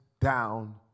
down